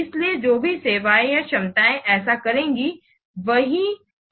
इसलिए जो भी सेवाएं या क्षमताएं ऐसा करेंगी वही परफॉर्म करेंगे